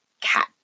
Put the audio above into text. cat